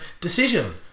decision